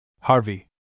Harvey